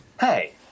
Hey